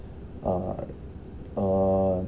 uh uh